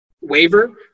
waiver